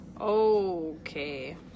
Okay